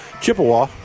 Chippewa